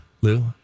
Lou